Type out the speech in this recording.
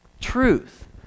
truth